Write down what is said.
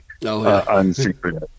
unsecret